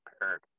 prepared